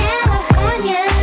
California